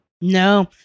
no